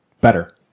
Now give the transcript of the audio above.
better